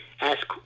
ask